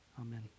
Amen